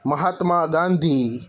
Mahatma Gandhi